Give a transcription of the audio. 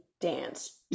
dance